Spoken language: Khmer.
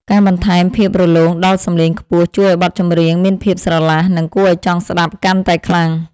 ការបន្ថែមភាពរលោងដល់សំឡេងខ្ពស់ជួយឱ្យបទចម្រៀងមានភាពស្រឡះ និង គួរឱ្យចង់ស្ដាប់កាន់តែខ្លាំង។